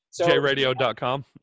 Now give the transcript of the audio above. Jradio.com